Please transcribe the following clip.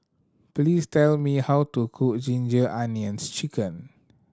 please tell me how to cook Ginger Onions Chicken